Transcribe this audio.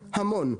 המון.